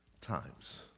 times